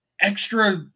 extra